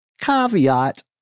caveat